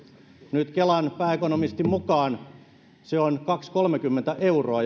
nyt kelan pääekonomistin mukaan se on kaksikymmentä viiva kolmekymmentä euroa